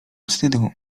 wstydu